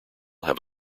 have